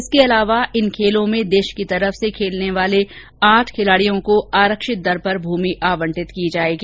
इसके अलावा इन खेलों में देश की तरफ से खेलने वाले आठ खिलाड़ियों को आरक्षित दर पर भूमि आंवटित की जाएगी